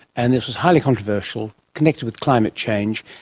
and this was highly controversial, connected with climate change.